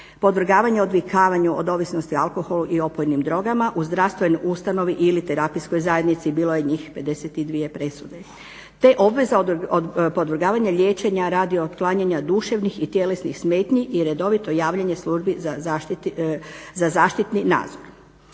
podvrgavanje odvikavanju od ovisnosti o alkoholu i opojnim drogama. U zdravstvenoj ustanovi ili terapijskoj zajednici bilo je njih 52 presude. Te obveza od podvrgavanja liječenja, radi otklanjanja duševnih i tjelesnih smetnji i redovito javljanje službi za zaštitni nadzor.